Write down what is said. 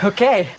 Okay